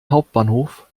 hauptbahnhof